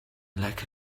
like